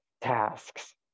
tasks